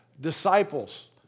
Disciples